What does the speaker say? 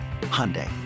Hyundai